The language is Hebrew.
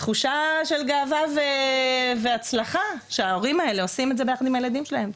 תחושת גאווה רבה והצלחה שההורים האלו עושים את זה יחד עם הילדים שלהם,